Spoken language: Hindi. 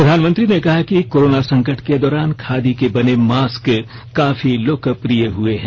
प्रधानमंत्री ने कहा कि कोरोना संकट के दौरान खादी के बने मास्क काफी लोकप्रिय हए हैं